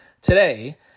today